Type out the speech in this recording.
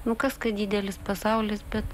nu kas kad didelis pasaulis bet